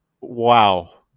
wow